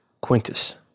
Quintus